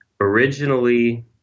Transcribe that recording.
originally